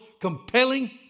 compelling